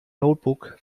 notebook